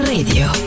Radio